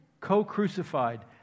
co-crucified